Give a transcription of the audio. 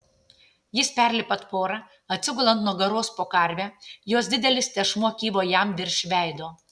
jis perlipa tvorą atsigula ant nugaros po karve jos didelis tešmuo kybo jam virš veido